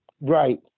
Right